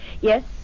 Yes